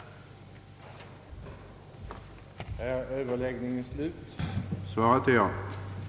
lan stat och kommun utredde frågan om hur statsbidraget tekniskt skulle konstrueras för att icke motverka rationalisering och kostnadsbesparande åtgärder inom skolan.